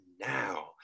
now